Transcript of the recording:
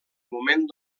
moment